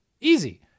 easy